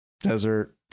desert